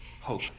hope